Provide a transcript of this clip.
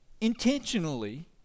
intentionally